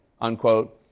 unquote